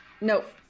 nope